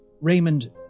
Raymond